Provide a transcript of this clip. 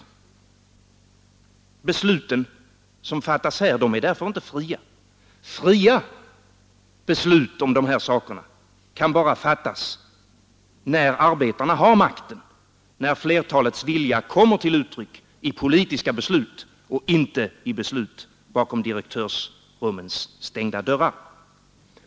De beslut som fattas här är därför inte fria. Fria beslut om dessa saker kan bara fattas när arbetarna har makten, när flertalets vilja kommer till uttryck i politiska beslut och inte i beslut bakom direktörsrummens stängda dörrar.